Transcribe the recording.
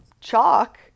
chalk